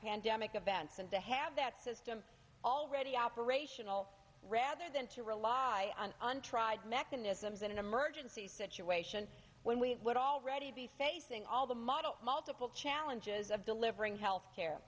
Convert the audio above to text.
pandemic events and to have that system already operational rather than to rely on untried mechanisms in an emergency situation when we would already be facing all the model multiple challenges of delivering health care